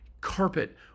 carpet